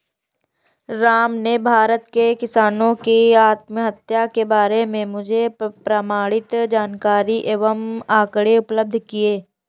राम ने भारत में किसानों की आत्महत्या के बारे में मुझे प्रमाणित जानकारी एवं आंकड़े उपलब्ध किये